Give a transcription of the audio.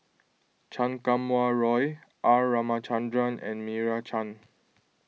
Chan Kum Wah Roy R Ramachandran and Meira Chand